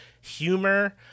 humor